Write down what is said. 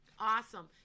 awesome